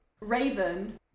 Raven